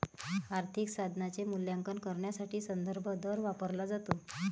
आर्थिक साधनाचे मूल्यांकन करण्यासाठी संदर्भ दर वापरला जातो